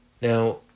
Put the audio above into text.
Now